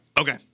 Okay